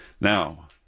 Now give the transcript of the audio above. Now